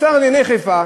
שר לענייני חיפה,